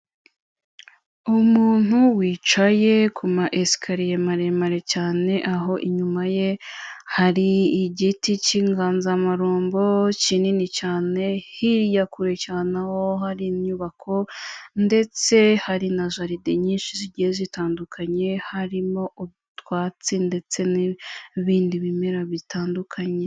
Umuntu wicaye ku ma esikariye maremare cyane aho inyuma ye hari igiti cy'inganzamarumbo kinini cyane, hirya kure cyane aho hari inyubako ndetse hari na jaride nyinshi zigiye zitandukanye, harimo utwatsi ndetse n'ibindi bimera bitandukanye.